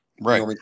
Right